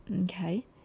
Okay